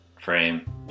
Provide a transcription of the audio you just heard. frame